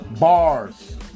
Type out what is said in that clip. Bars